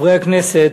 חברי הכנסת,